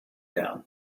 down